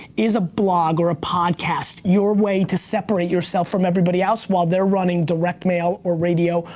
is a blog, or a podcast your way to separate yourself from everybody else while they're running direct mail, or radio,